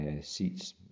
seats